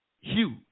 huge